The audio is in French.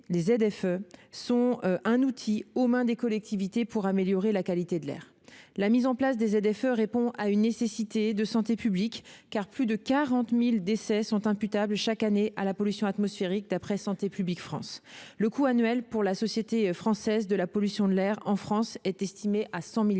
mobilité sont un outil aux mains des collectivités pour améliorer la qualité de l'air. La mise en place des ZFE répond à une nécessité de santé publique, car plus de 40 000 décès sont imputables chaque année à la pollution atmosphérique d'après Santé publique France. Le coût annuel pour la société française de la pollution de l'air est estimé à 100